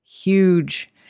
huge